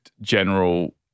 general